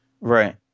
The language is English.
Right